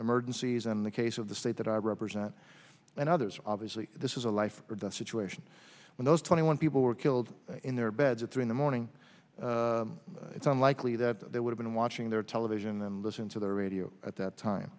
emergencies in the case of the state that i represent and others obviously this is a life or death situation when those twenty one people were killed in their beds at three in the morning it's unlikely that they would have been watching their television and listen to the radio at that time